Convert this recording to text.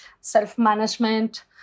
self-management